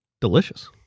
Delicious